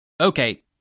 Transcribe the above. Okay